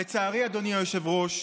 לצערי, אדוני היושב-ראש,